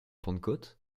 pentecôte